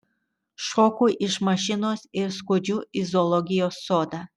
šoku iš mašinos ir skuodžiu į zoologijos sodą